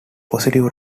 positive